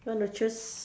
want to choose